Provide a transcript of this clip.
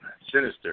Sinister